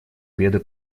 беды